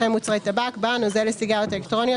אחרי "מוצרי טבק" בא "נוזל לסיגריות אלקטרוניות